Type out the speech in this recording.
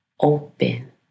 open